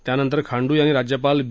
त्यानंतर खांडू यांनी राज्यपाल बी